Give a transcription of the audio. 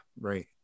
right